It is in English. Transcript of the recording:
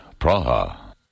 Praha